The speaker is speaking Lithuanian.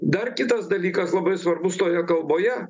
dar kitas dalykas labai svarbus toje kalboje